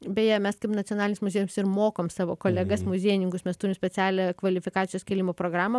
beje mes kaip nacionalinis muziejus ir mokom savo kolegas muziejininkus mes turim specialią kvalifikacijos kėlimo programą